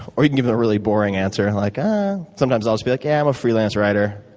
or you can give them a really boring answer. like sometimes, i'll just be like, yeah i'm a freelance writer,